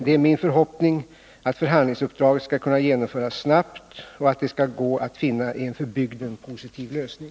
Det är min förhoppning att förhandlingsuppdraget skall kunna genomföras snabbt och att det skall gå att finna en för bygden positiv lösning.